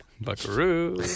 Buckaroo